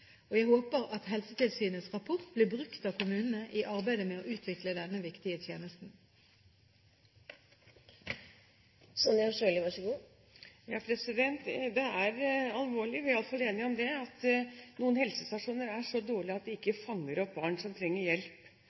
og forsvarlighet. Jeg håper at Helsetilsynets rapport blir brukt av kommunene i arbeidet med å utvikle denne viktige tjenesten. Det er alvorlig. Vi er i alle fall enige om at noen helsestasjoner er så dårlige at de ikke fanger opp barn som trenger hjelp,